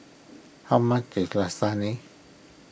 how much is Lasagne